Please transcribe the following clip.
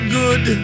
good